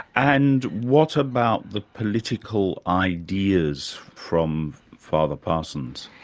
and what about the political ideas from father parsons?